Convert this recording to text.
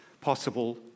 possible